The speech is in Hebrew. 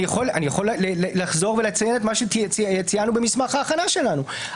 אני יכול לחזור ולציין מה שציינו במסמך ההכנה שלנו.